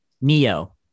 Neo